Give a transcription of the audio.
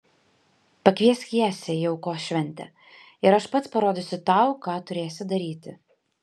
pakviesk jesę į aukos šventę ir aš pats parodysiu tau ką turėsi daryti